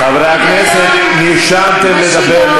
חברי הכנסת, נרשמתם לדבר.